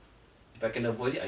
but can avoid it I will lah ah